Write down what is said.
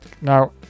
Now